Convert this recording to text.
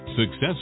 success